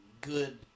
good